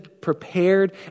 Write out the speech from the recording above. prepared